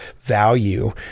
value